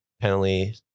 penalty